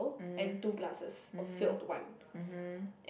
mmhmm mmhmm mmhmm